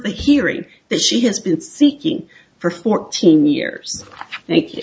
the hearing that she has been seeking for fourteen years thank you